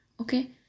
Okay